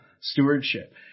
stewardship